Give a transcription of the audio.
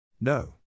No